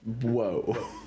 whoa